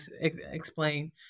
explain